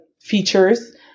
features